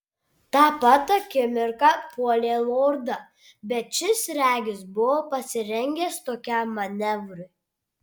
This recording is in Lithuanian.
tą pat akimirką puolė lordą bet šis regis buvo pasirengęs tokiam manevrui